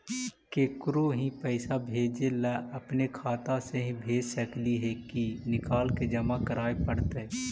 केकरो ही पैसा भेजे ल अपने खाता से ही भेज सकली हे की निकाल के जमा कराए पड़तइ?